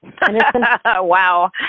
Wow